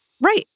Right